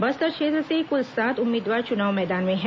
बस्तर क्षेत्र से कुल सात उम्मीदवार चुनाव मैदान में हैं